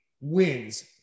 wins